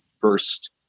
first